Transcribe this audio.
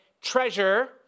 treasure